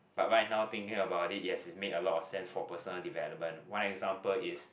but right now thinking about it yes he's made a lot of sense for personal development one example is